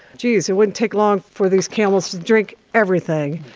gee, so it wouldn't take long for these camels to drink everything.